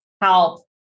help